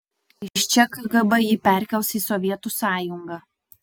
iš čia kgb jį perkels į sovietų sąjungą